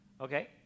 Okay